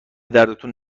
دردتون